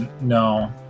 No